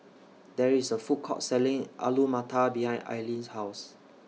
There IS A Food Court Selling Alu Matar behind Aylin's House